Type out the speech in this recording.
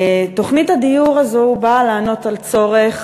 תוכנית הדיור הזאת באה לענות על צורך